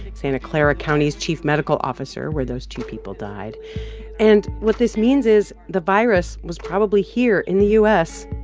santa clara county's chief medical officer where those two people died and what this means is the virus was probably here in the u s.